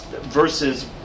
versus